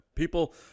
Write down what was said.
People